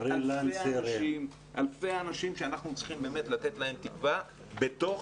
אלפי אנשים שאנחנו צריכים לתת להם תקווה בתוך